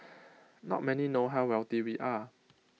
not many know how wealthy we are